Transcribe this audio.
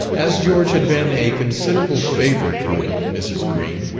as george had been a considerable favourite with mrs. green,